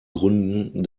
gründen